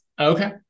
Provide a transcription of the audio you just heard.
Okay